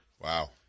Wow